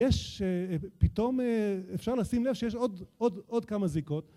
יש... פתאום אפשר לשים לב שיש עוד כמה זיקות